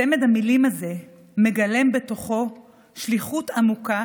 צמד המילים הזה מגלם בתוכו שליחות עמוקה